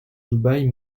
dubaï